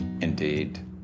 Indeed